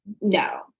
no